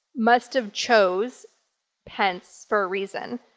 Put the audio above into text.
must have chose pence for a reason.